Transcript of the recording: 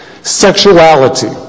Sexuality